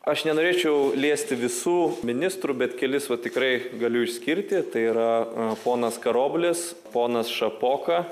aš nenorėčiau liesti visų ministrų bet kelis va tikrai galiu išskirti tai yra ponas karoblis ponas šapoka